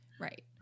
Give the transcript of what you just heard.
right